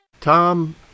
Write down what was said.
Tom